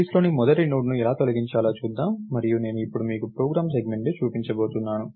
list లోని మొదటి నోడ్ను ఎలా తొలగించాలో చూద్దాం మరియు నేను ఇప్పుడు మీకు ప్రోగ్రామ్ సెగ్మెంట్ను చూపించబోతున్నాను